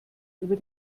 über